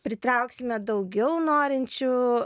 pritrauksime daugiau norinčių